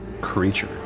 creature